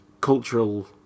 cultural